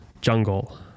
jungle